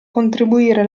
contribuire